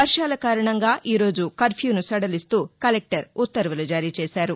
వర్షాల కారణంగా ఈరోజు కర్వ్యూను సడలిస్తు కలెక్టర్ ఉత్తర్వులు జారీచేసారు